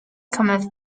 cometh